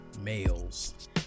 males